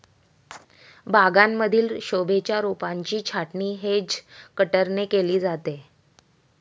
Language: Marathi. बागांमधील शोभेच्या रोपांची छाटणी हेज कटरने केली जाते